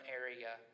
area